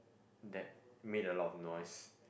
that made a lot of noise